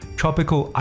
tropical